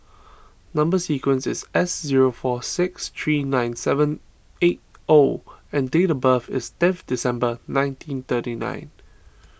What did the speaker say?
Number Sequence is S zero four six three nine seven eight O and date of birth is tenth December nineteen thirty nine